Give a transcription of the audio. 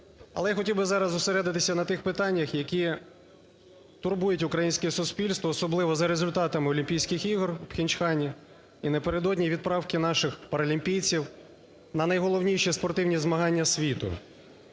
Але я хотів би зараз зосередитися на тих питаннях, які турбують українське суспільство, особливо за результатами Олімпійських ігор в Пхьончхані і напередодні відправки наших паралімпійців на найголовніші спортивні змагання світу.